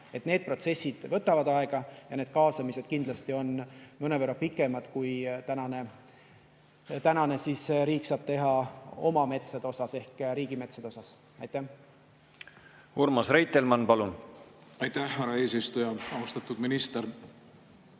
Need protsessid võtavad aega ja need kaasamised kindlasti on mõnevõrra pikemad kui praegu riik saab teha oma metsadega ehk riigimetsaga. Urmas Reitelmann, palun! Aitäh, härra eesistuja! Austatud minister!